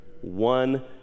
one